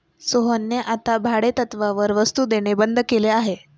सोहनने आता भाडेतत्त्वावर वस्तु देणे बंद केले आहे